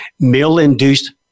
meal-induced